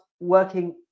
working